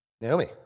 Naomi